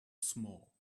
small